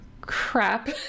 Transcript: crap